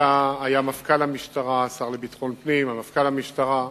היו השר לביטחון פנים, מפכ"ל המשטרה,